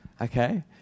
Okay